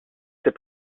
ces